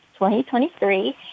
2023